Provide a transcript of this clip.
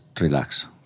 relax